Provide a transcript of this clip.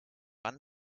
one